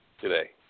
today